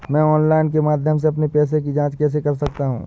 मैं ऑनलाइन के माध्यम से अपने पैसे की जाँच कैसे कर सकता हूँ?